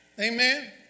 Amen